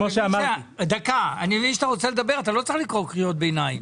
אני מבין שאתה רוצה לדבר; אתה לא צריך לקרוא קריאות ביניים.